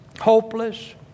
hopeless